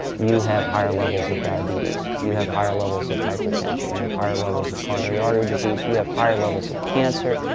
you have higher levels of diabetes, you have higher levels of hypertension, you have higher levels of coronary artery disease, you have higher levels of cancer,